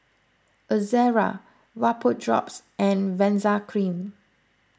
Ezerra Vapodrops and Benzac Cream